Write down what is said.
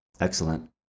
excellent